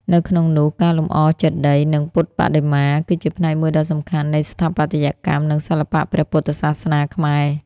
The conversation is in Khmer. នៅក្នុងនោះ ការលម្អចេតិយ និងពុទ្ធបដិមា គឺជាផ្នែកមួយដ៏សំខាន់នៃស្ថាបត្យកម្ម និងសិល្បៈព្រះពុទ្ធសាសនាខ្មែរ។